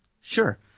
Sure